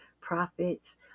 prophets